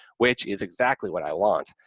which is exactly what i want.